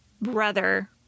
brother